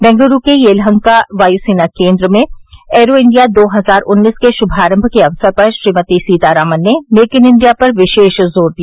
बंगलूरू के येलहंका वायुसेना केंद्र में एयरो इंडिया दो हजार उन्नीस के शुभारंभ के अवसर पर श्रीमती सीतारामन ने मेक इन इंडिया पर विशेष जोर दिया